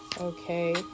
Okay